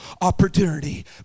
opportunity